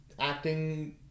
acting